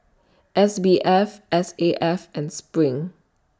S B F S A F and SPRING